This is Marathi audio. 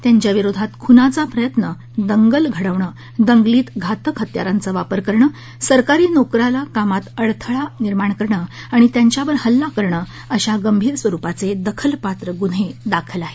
त्यांच्या विरोधात खुनाचा प्रयत्न दंगल घडविणे दंगलीत घातक हत्यारांचा वापर करणे सरकारी नोकरास कामात अडथळा निर्माण करणे आणि त्यांच्यावर हल्ला करणे अशा गंभीर स्वरुपाचे दखलपात्र गुन्हे दाखल आहे